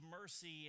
mercy